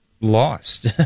lost